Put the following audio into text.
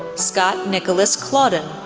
scott nicholas claudon,